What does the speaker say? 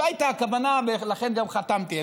זו הייתה כוונה, ולכן גם חתמתי.